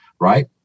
right